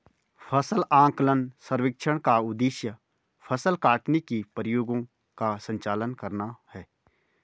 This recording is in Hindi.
फसल आकलन सर्वेक्षण का उद्देश्य फसल काटने के प्रयोगों का संचालन करना है